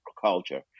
culture